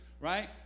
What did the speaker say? right